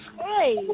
Hi